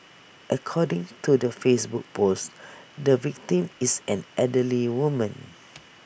according to the Facebook post the victim is an elderly woman